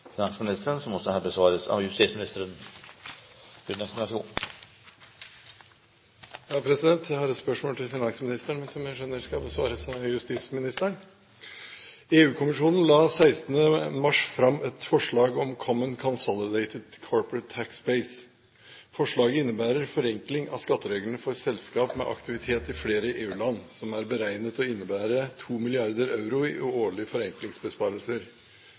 finansministeren, som jeg skjønner skal besvares av justisministeren: «EU-kommisjonen la 16. mars fram et forslag om Common Consolidated Corporate Tax Base. Forslaget innebærer forenkling av skattereglene for selskap med aktivitet i flere EU-land som er beregnet å innebære 2 mrd. euro i årlige forenklingsbesparelser.